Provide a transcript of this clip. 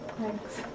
Thanks